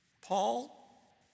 Paul